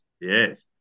yes